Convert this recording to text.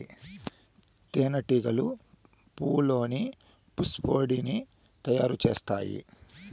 తేనె టీగలు పువ్వల్లోని పుప్పొడిని తయారు చేత్తాయి